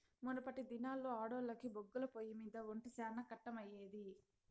మునపటి దినాల్లో ఆడోల్లకి బొగ్గుల పొయ్యిమింద ఒంట శానా కట్టమయ్యేది